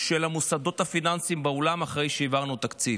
של המוסדות הפיננסיים בעולם אחרי שהעברנו את התקציב?